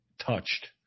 touched